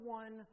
one